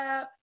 up